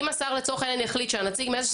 אם השר לצורך העניין יחליט שהנציג מאיזושהי